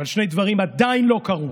אבל שני דברים עדיין לא קרו: